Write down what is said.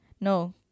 No